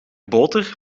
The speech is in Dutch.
boter